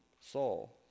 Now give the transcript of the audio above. Saul